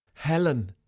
helen,